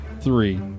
three